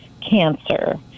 cancer